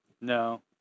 No